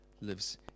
lives